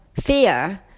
fear